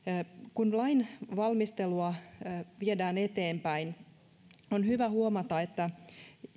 kun lainvalmistelua viedään eteenpäin on hyvä huomata että